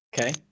Okay